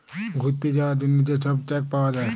ঘ্যুইরতে যাউয়ার জ্যনহে যে ছব চ্যাক পাউয়া যায়